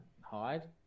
hide